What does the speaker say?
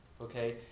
Okay